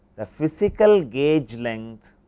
the physical gauge lengths